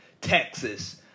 Texas